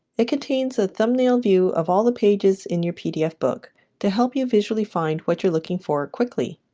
it contains a thumbnail view of all the pages in your pdf book to help you visually find what you're looking for quickly.